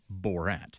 Borat